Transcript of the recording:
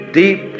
deep